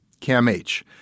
CAMH